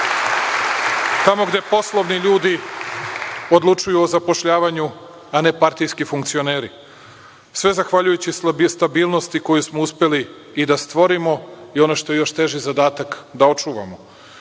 tamo gde poslovni ljudi odlučuju o zapošljavanju a ne partijski funkcioneri. Sve zahvaljujući stabilnosti koju smo uspeli i da stvorimo i ono što je još teži zadatak da očuvamo.U